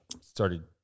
started